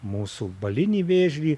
mūsų balinį vėžlį